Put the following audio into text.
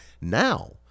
Now